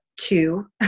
two